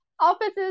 Offices